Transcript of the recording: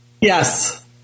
Yes